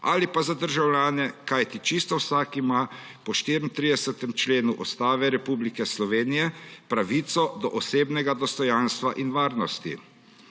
ali pa za državljane, kajti čisto vsak ima po 34. členu Ustave Republike Slovenije pravico do osebnega dostojanstva in varnosti.